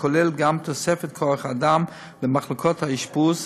שכולל גם תוספת כוח אדם למחלקות האשפוז,